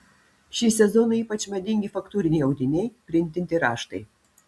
šį sezoną ypač madingi faktūriniai audiniai printinti raštai